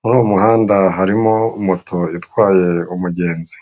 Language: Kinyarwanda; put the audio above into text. muri uwo muhanda harimo moto itwaye umugenzi.